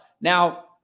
Now